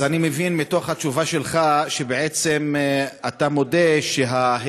אז אני מבין מתוך התשובה שלך שבעצם אתה מודה שההתעמרות